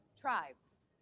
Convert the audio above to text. tribes